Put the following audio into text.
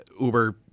Uber